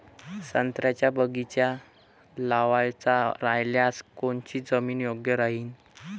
संत्र्याचा बगीचा लावायचा रायल्यास कोनची जमीन योग्य राहीन?